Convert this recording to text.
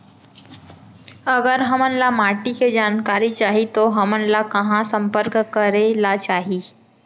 अगर हमन ला माटी के जानकारी चाही तो हमन ला कहाँ संपर्क करे ला चाही?